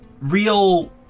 real